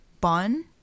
bun